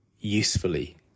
usefully